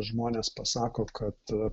žmonės pasako kad